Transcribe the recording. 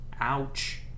Ouch